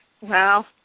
Wow